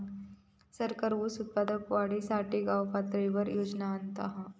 सरकार ऊस उत्पादन वाढीसाठी गावपातळीवर योजना आणता हा